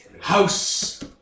house